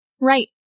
Right